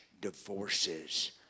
divorces